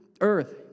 earth